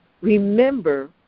remember